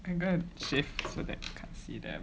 I going to shift so you can't see them